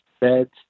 beds